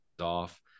off